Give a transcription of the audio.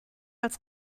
als